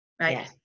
right